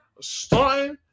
starting